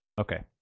Okay